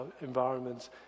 environments